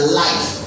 life